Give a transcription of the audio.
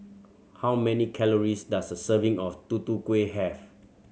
how many calories does a serving of Tutu Kueh have